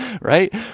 right